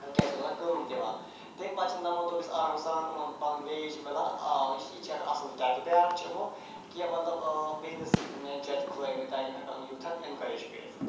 کیٛاہ چھِ اَتھ وَنان کٲم دِوان تَمہِ پتہٕ چھِ نَمَت دۄہ گٔژھِتھ آرام سان یِمَن پَنُن ویج مِلان آ یہِ چھِ یہِ تہِ چھِ اَکھ اَصٕل ٹٮ۪کٹ بیٛاکھ چھِ یِمَو کیٚنٛہہ مطلب بِزنِس وٮ۪نٛچَر تہِ کھُلٲیمتۍ تاکہِ یِم ہٮ۪کَن یوٗتھَن اٮ۪نکوریج کٔرِتھ